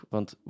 Want